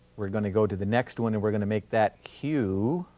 we're going to go to the next one and we're going to make that hue